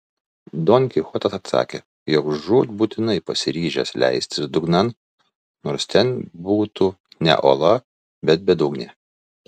don kichotas atsakė jog žūtbūtinai pasiryžęs leistis dugnan nors ten būtų ne ola bet bedugnė